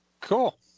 Cool